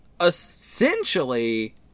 essentially